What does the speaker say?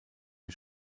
die